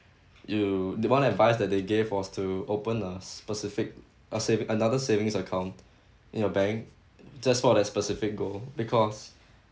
you the one advice that they gave was to open a specific a sav~ another savings account in your bank just for that specific goal because